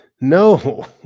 No